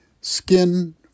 skin